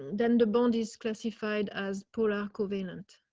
then the bond is classified as polar covenant